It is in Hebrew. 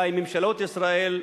אולי ממשלות ישראל,